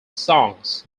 songs